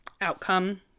outcome